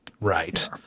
right